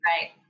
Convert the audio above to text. right